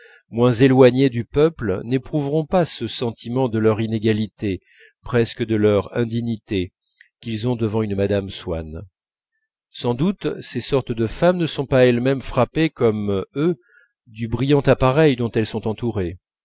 moins éloignée du peuple n'éprouveront pas ce sentiment de leur inégalité presque de leur indignité qu'ils ont devant une mme swann sans doute ces sortes de femmes ne sont pas elles-mêmes frappées comme eux du brillant appareil dont elles sont entourées